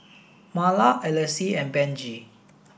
Marla Elyse and Benji